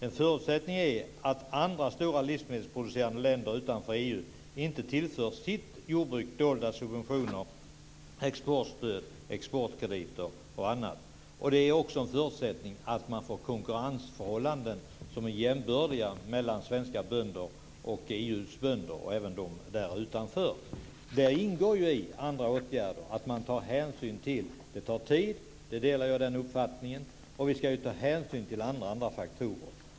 En förutsättning är att stora livsmedelsproducerande länder utanför EU inte tillför sitt jordbruk dolda subventioner, exportstöd, exportkrediter och annat. Det är också en förutsättning att man får jämbördiga konkurrensförhållanden mellan svenska bönder och EU:s bönder - och även bönderna utanför. I detta med andra åtgärder ingår att man tar hänsyn till att det tar tid. Den uppfattningen delar jag. Vi ska också ta hänsyn till alla andra faktorer.